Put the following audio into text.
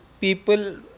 people